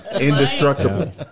indestructible